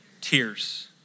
Tears